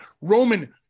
Roman